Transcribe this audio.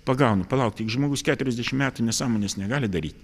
pagaunu palauk taigi žmogus keturiasdešimt metų nesąmones negali daryt